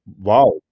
Wow